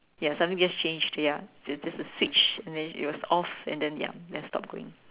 ya something just changed ya just just a switch then it was off and then ya stop going